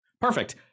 perfect